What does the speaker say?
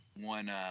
one